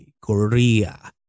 Korea